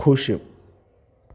खुश